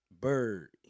bird